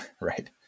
Right